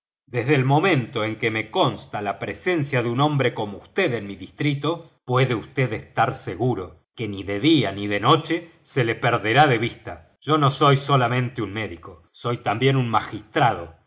el doctor desde el momento en que me consta la presencia de un hombre como vd en mi distrito puede vd estar seguro de que ni de día ni de noche se le perderá de vista yo no soy solamente un médico soy también un magistrado